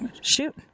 shoot